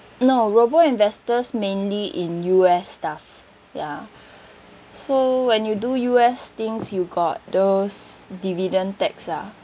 no robo investors mainly in U_S stuff ya so when you do U_S things you got those dividend tax lah